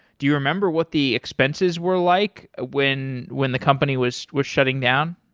do you remember what the expenses were like when when the company was was shutting down?